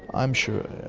i'm sure,